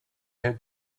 had